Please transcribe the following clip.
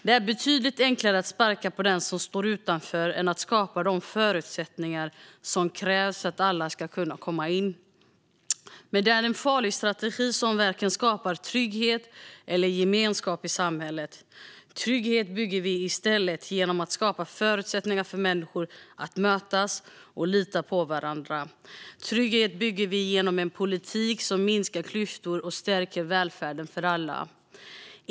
Det är betydligt enklare att sparka på den som står utanför än att skapa de förutsättningar som krävs för att alla ska kunna komma in. Men detta är en farlig strategi som varken skapar trygghet eller gemenskap i samhället. Trygghet bygger vi i stället genom att skapa förutsättningar för människor att mötas och lita på varandra. Trygghet bygger vi genom en politik som minskar klyftor och stärker välfärden för alla.